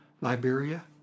Liberia